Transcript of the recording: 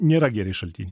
nėra geri šaltin